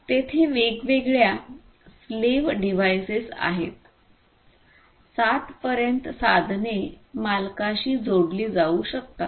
तेथे वेगवेगळ्या slave devices आहेत 7 पर्यंत साधने मालकाशी जोडली जाऊ शकतात